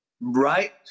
right